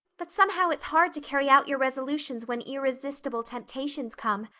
but somehow it's hard to carry out your resolutions when irresistible temptations come.